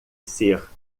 ser